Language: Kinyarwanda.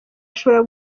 ashobora